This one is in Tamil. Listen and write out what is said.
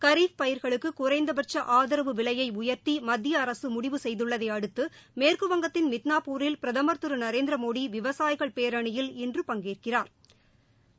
கரீஃப் பயிர்களுக்கு குறைந்தபட்ச ஆதரவு விலையை உயர்த்தி மத்திய அரசு முடிவு செய்துள்ளதை அடுத்து மேற்கு வங்கத்தின் மிட்னாப்பூரில் பிரதமர் திரு நரேந்திரமோடி விவசாயிகள் பேரணியில் இன்று பங்கேற்கிறாா்